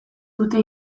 dute